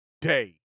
day